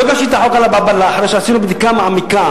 לא הגשתי את החוק עלא-באב-אללה אחרי שעשינו בדיקה מעמיקה.